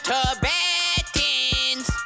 Tibetans